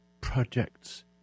projects